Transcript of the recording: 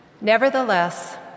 Nevertheless